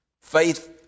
Faith